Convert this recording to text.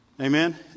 Amen